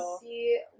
see